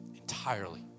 entirely